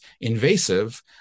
invasive